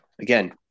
again